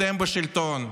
אתם בשלטון.